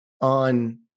on